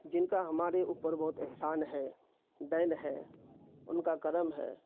جن کا ہمارے اوپر بہت احسان ہے دین ہے ان کا کرم ہے